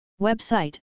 Website